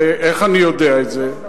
ואיך אני יודע את זה?